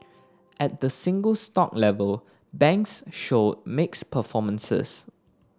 at the single stock level banks showed mixed performances